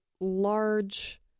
large